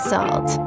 Salt